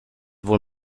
wohl